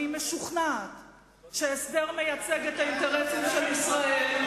משוכנעת שהסדר מייצג את האינטרסים של ישראל,